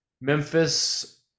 Memphis